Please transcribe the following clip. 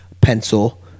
pencil